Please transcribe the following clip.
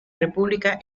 república